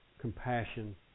compassion